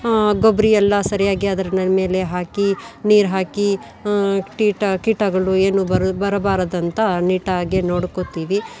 ಗೊಬ್ರ ಎಲ್ಲ ಸರಿಯಾಗಿ ಅದರ್ನ ಮೇಲೆ ಹಾಕಿ ನೀರು ಹಾಕಿ ಕೀಟ ಕೀಟಗಳು ಏನು ಬರು ಬರಬಾರದಂತ ನೀಟಾಗಿ ನೋಡ್ಕೋತೀವಿ